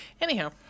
Anyhow